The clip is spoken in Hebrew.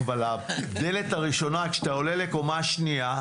אבל הדלת הראשונה כשאתה עולה לקומה שנייה,